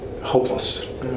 hopeless